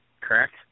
Correct